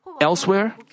elsewhere